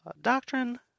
doctrine